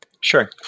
Sure